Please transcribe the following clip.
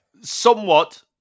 somewhat